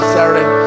Saturday